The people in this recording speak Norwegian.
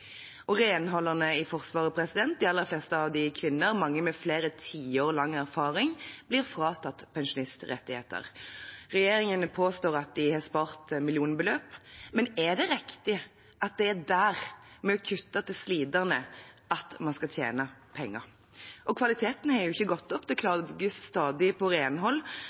og kontroll. Renholderne i Forsvaret – de aller fleste av dem er kvinner, mange med flere tiår lang erfaring – blir fratatt pensjonsrettigheter. Regjeringen påstår de har spart millionbeløp, men er det riktig at det er der, ved å kutte til sliterne, at vi skal tjene penger? Kvaliteten har ikke gått opp. Det klages stadig på renhold,